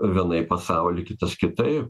vienaip pasaulį kitas kitaip